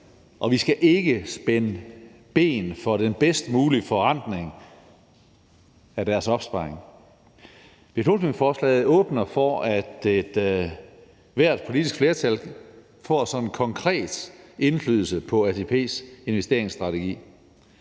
og vi skal ikke spænde ben for den bedst mulige forrentning af deres opsparing. Beslutningsforslaget åbner for, at ethvert politisk flertal får sådan konkret indflydelse på ATP's investeringsstrategi.